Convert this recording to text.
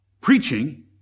preaching